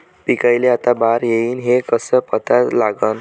पिकाले आता बार येईन हे कसं पता लागन?